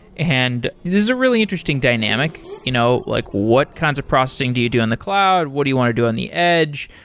and this is a really interesting dynamic, you know like what kinds of processing do you do on the cloud? what do you want to do on the edge?